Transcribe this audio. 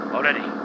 Already